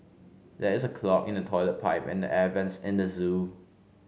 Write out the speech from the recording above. there is a clog in the toilet pipe and the air vents at the zoo